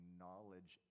knowledge